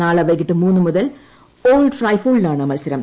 നാളെ വൈകിട്ട് മൂന്നു മുതൽ ഓൾഡ് ടെഫോൾഡിലാണ് മത്സരം